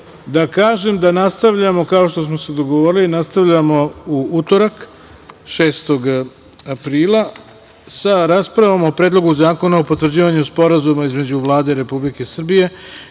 da kažem da nastavljamo, kao što smo se dogovorili, u utorak 6. aprila sa raspravom o Predlogu zakona o potvrđivanju Sporazuma između Vlade Republike Srbije